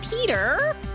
Peter